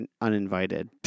Uninvited